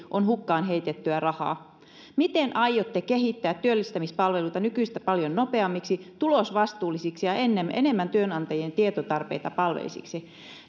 on hukkaan heitettyä rahaa miten aiotte kehittää työllistämispalveluita nykyistä paljon nopeammiksi tulosvastuullisiksi ja enemmän työnantajien tietotarpeita palveleviksi